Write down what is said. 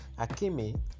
akimi